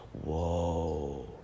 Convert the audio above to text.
Whoa